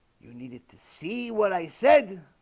you needed to see what i said